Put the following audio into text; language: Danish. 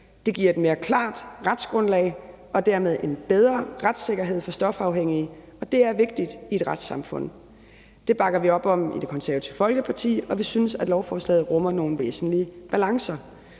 Det giver et mere klart retsgrundlag og dermed en bedre retssikkerhed for stofafhængige, og det er vigtigt i et retssamfund. Det bakker vi op om i Det Konservative Folkeparti, og vi synes, at lovforslaget rummer nogle væsentlige balancer,